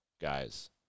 guys